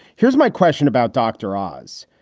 here's my question about dr. oz.